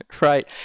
Right